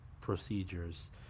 procedures